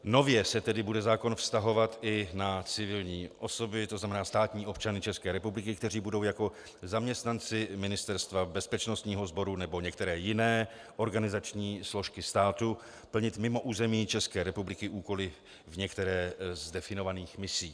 Nově se tedy bude zákon vztahovat i na civilní osoby, tzn. státní občany České republiky, kteří budou jako zaměstnanci ministerstva, bezpečnostního sboru nebo některé jiné organizační složky státu plnit mimo území České republiky úkoly v některé z definovaných misí.